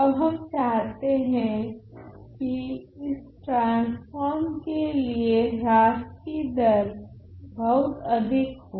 अब हम चाहते है की इस ट्रान्स्फ़ोर्म के लिए ह्रास की दर बहुत अधिक हो